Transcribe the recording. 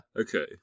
Okay